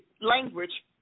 language